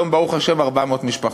היום, ברוך השם, 400 משפחות.